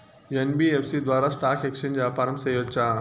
NBFC ద్వారా stock exchange వ్యాపారం సేయొచ్చా?